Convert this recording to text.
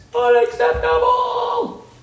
unacceptable